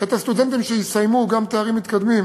את מספר הסטודנטים שיסיימו תארים מתקדמים